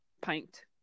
pint